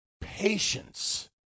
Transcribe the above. patience